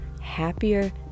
happier